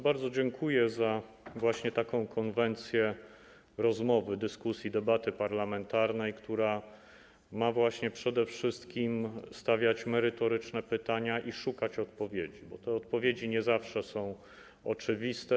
Bardzo dziękuję za właśnie taką konwencję rozmowy, dyskusji, debaty parlamentarnej, w której przede wszystkim są stawiane merytoryczne pytania i są szukane odpowiedzi, bo te odpowiedzi nie zawsze są oczywiste.